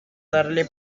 darle